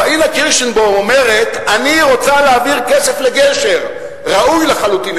פאינה קירשנבאום אומרת: אני רוצה להעביר כסף ל"גשר" ראוי לחלוטין,